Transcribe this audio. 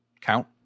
count